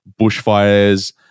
bushfires